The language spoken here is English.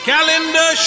Calendar